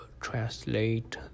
translate